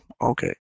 Okay